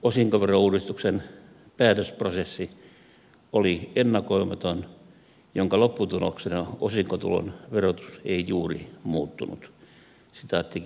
osinkoverouudistuksen päätösprosessi oli ennakoimaton jonka lopputuloksena osinkotulon verotus ei juuri muuttunut